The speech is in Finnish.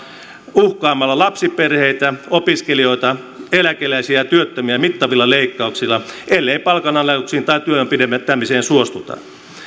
uhkaamalla lapsiperheitä opiskelijoita eläkeläisiä ja työttömiä mittavilla leikkauksilla ellei palkanalennuksiin tai työajan pidentämiseen suostuta